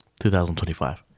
2025